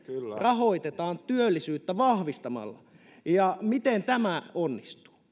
rahoitetaan työllisyyttä vahvistamalla miten tämä onnistuu